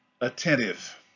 attentive